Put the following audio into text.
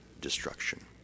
destruction